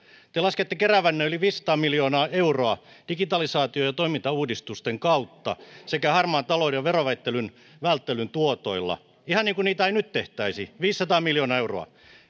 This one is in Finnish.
te laskette keräävänne yli viisisataa miljoonaa euroa digitalisaation ja toimintauudistusten kautta sekä harmaan talouden verovälttelyn verovälttelyn tuotoilla ihan niin kuin niitä ei nyt tehtäisi viisisataa miljoonaa euroa